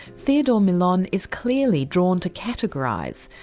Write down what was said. theodore millon is clearly drawn to categorise,